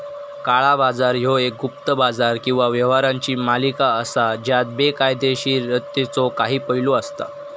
काळा बाजार ह्यो एक गुप्त बाजार किंवा व्यवहारांची मालिका असा ज्यात बेकायदोशीरतेचो काही पैलू असता